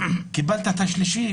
קיבלת את השלישי?